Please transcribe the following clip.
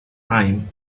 time